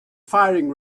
firing